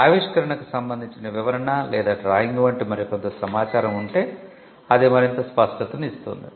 ఆవిష్కరణకు సంబందించిన వివరణ లేదా డ్రాయింగ్ వంటి మరికొంత సమాచారం ఉంటే అది మరింత స్పష్టతను ఇస్తుంది